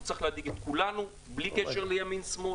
הוא צריך להדאיג את כולנו בלי קשר לימין או שמאל.